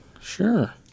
sure